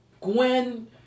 Gwen